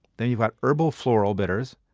then you have herbal floral bitters.